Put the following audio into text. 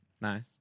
Nice